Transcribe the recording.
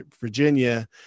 virginia